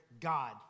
God